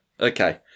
Okay